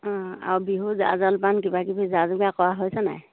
অঁ আৰু বিহু জা জলপান কিবাকিবি যা যোগাৰ কৰা হৈছে নাই